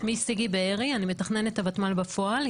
שמי סיגי בארי, אני מתכננת הוותמ"ל בפועל.